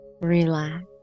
relax